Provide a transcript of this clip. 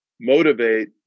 Motivate